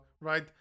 right